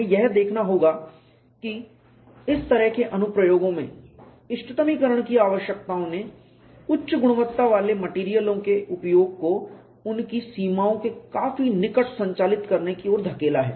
हमें यह देखना होगा कि इस तरह के अनुप्रयोगों में इष्टतमीकरण की आवश्यकताओं ने उच्च गुणवत्ता वाले मेटेरियलों के उपयोग को उनकी सीमाओं के काफी निकट संचालित करने की ओर धकेला है